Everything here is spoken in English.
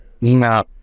no